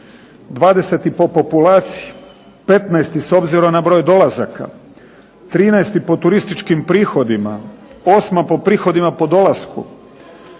20. po populaciji, 15. s obzirom na broj dolazaka, 13. po turističkim prihodima, 8. po prihodima po dolasku,